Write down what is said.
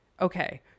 Okay